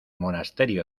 monasterio